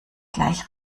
gleich